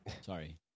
Sorry